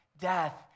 death